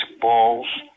balls